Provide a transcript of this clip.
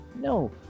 no